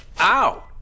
Ow